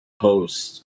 post